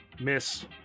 miss